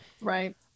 Right